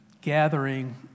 gathering